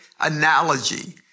analogy